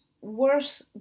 worth